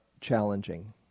challenging